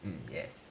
hmm yes